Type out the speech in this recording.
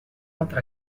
altra